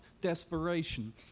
desperation